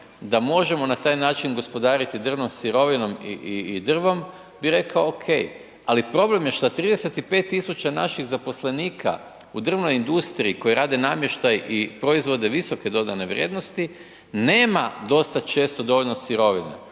da možemo na taj način gospodariti drvnom sirovinom i drvom bi rekao ok ali problem je šta 35 000 naših zaposlenika u drvnoj industriji koji rade namještaj i proizvode visoke dodane vrijednosti, nema dosta često dovoljno sirovine,